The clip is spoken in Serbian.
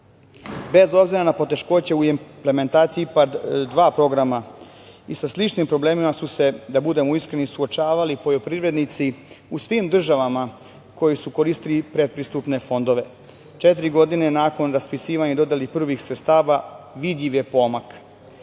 Bez obzira na poteškoće u implementaciji IPARD 2 programa i sa sličnim problemima su se, da budemo iskreni, suočavali poljoprivrednici u svim državama koji su koristili predpristupne fondove. Četiri godine nakon raspisivanja i dodele prvih sredstava, vidljiv je pomak.